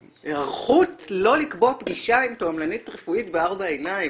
היערכות לא לקבוע פגישה עם תועמלנית רפואית בארבע עיניים?